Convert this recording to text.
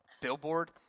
billboard